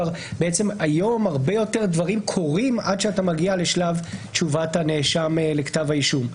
היום הרבה יותר דברים קורים עד שאתה מגיע לשלב תשובת הנאשם לכתב האישום.